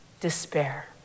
despair